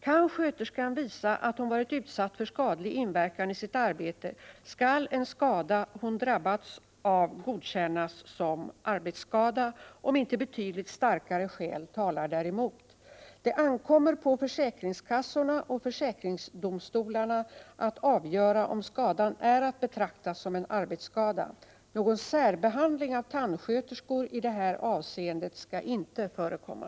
Kan sköterskan visa att hon varit utsatt för skadlig inverkan i sitt arbete skall en skada hon drabbats av godkännas som arbetsskada om inte betydligt starkare skäl talar däremot. Det ankommer på försäkringskassorna och försäkringsdomstolarna att avgöra om skadan är att betrakta som en arbetsskada. Någon särbehandling av tandsköterskor i det här avseendet skall inte förekomma.